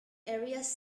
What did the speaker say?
areas